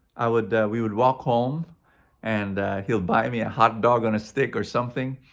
i would, we would walk home and he'll buy me a hotdog on a stick or something.